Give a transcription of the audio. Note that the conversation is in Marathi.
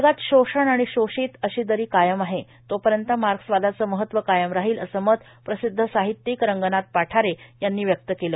जगात शोषण आणि शोषित अशी दरी कायम आहे तोपर्यंत मार्क्सवादाचं महत्व कायम राहील असं मत प्रसिद्ध साहित्यिक रंगनाथ पठारे यांनी व्यक्त केलं